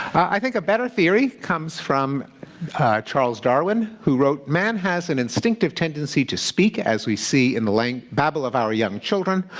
i think a better theory comes from charles darwin who wrote, man has an instinctive tendency to speak, as we see in the babble of our young children,